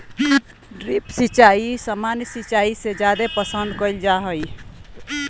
drip सिंचाई सामान्य सिंचाई से जादे पसंद कईल जा हई